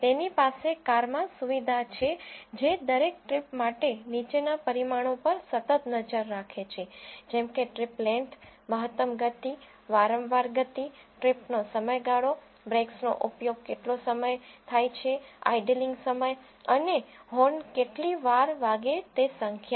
તેની પાસે કારમાં સુવિધા છે જે દરેક ટ્રિપ માટે નીચેના પરિમાણો પર સતત નજર રાખે છે જેમ કે ટ્રિપ લેન્થ મહત્તમ ગતિ વારંવાર ગતિ ટ્રીપનો સમયગાળો બ્રેક્સનો ઉપયોગ કેટલો સમય થાય છે આઈડલિંગનિષ્ક્રિય સમય અને હોર્ન કેટલી વાર વાગે તે સંખ્યા